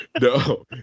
no